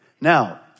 Now